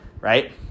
right